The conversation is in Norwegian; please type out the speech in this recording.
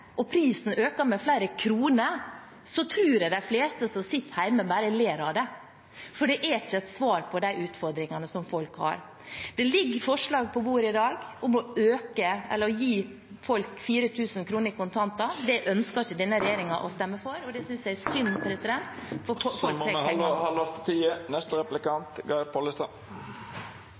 og prisen øker med flere kroner, tror jeg de fleste som sitter hjemme, bare ler av det, for det er ikke et svar på de utfordringene som folk har. Det ligger et forslag på bordet i dag om å gi folk 4 000 kr i kontantstøtte. Det ønsker ikke denne regjeringen å stemme for , og det synes jeg er synd, for folk … Me må halda oss til